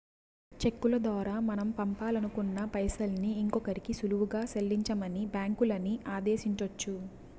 చెక్కుల దోరా మనం పంపాలనుకున్న పైసల్ని ఇంకోరికి సులువుగా సెల్లించమని బ్యాంకులని ఆదేశించొచ్చు